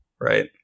right